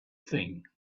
thing